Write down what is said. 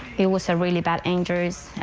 it was a really bad injury.